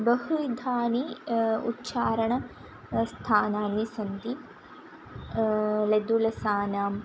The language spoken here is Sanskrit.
बहुविधानि उच्चारण स्थानानि सन्ति लृतुलसानाम्